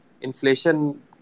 inflation